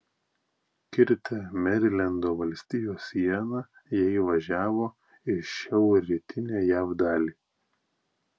kirtę merilendo valstijos sieną jie įvažiavo į šiaurrytinę jav dalį